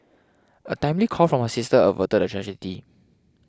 a timely call from her sister averted a tragedy